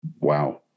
Wow